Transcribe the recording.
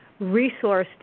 resourced